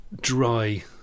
dry